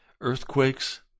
earthquakes